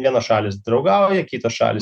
vienos šalys draugauja kitos šalys